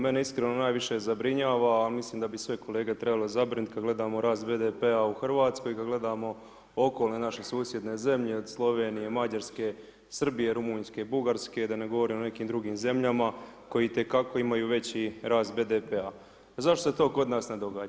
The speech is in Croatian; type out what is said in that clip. Mene iskreno najviše zabrinjava ali mislim da bi i sve kolege trebalo zabrinuti kada gledamo rast BDP-a u Hrvatskoj i kad gledamo okolne naše susjedne zemlje od Slovenije, Mađarske, Srbije, Rumunjske i Bugarske, da ne govorimo o nekim drugim zemljama koji itekako imaju veći rast BDP-a A zašto se to kod nas ne događa?